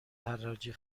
حراجی